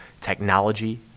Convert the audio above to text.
technology